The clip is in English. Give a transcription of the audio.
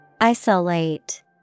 Isolate